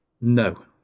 No